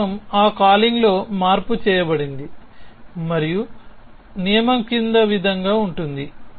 ఈ నియమం ఆ కాలింగ్లో మార్పు చేయబడింది మరియు నియమం క్రింది విధంగా ఉంటుంది